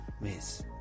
Miss